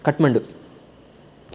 Kathmandu